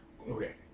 Okay